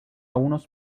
unos